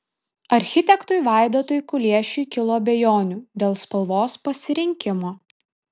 architektui vaidotui kuliešiui kilo abejonių dėl spalvos pasirinkimo